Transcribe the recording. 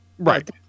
Right